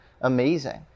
amazing